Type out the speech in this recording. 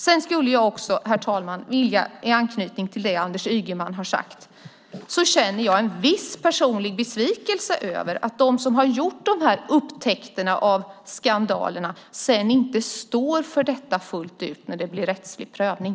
Jag vill också, i anslutning till det som Anders Ygeman har sagt, säga att jag känner en viss personlig besvikelse över att de som har upptäckt de här skandalerna inte står för det fullt ut när det blir rättslig prövning.